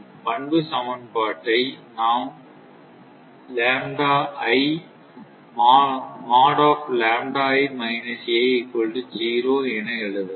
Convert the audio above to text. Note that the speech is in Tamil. பண்பு சமன்பாட்டை நாம் என எழுதலாம்